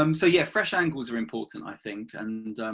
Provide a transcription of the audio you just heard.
um so, yes, fresh angles are important, i think, and